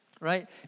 right